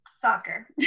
Soccer